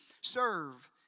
serve